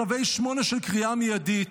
צווי 8 של קריאה מיידית,